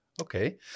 Okay